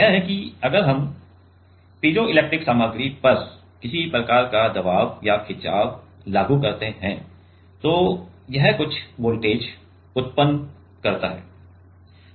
यह है कि अगर हम पीजोइलेक्ट्रिक सामग्री पर किसी प्रकार का दबाव या खिंचाव लागू करते हैं तो यह कुछ वोल्टेज उत्पन्न करता है